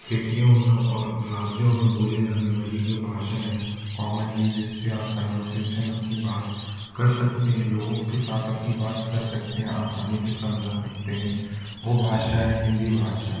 सिटियों में और राज्यों में बोले जाने वाली जो भाषा है कॉमनली जिससे आप कन्वर्सेशन अपनी बात कर सकते हैं लोगों के साथ अपनी बात कर सकते हैं आसानी से समझा सकते हैं वो भाषा है हिन्दी भाषा